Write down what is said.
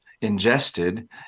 ingested